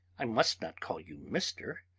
i must not call you mr,